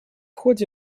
ходе